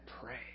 pray